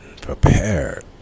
prepared